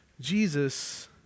Jesus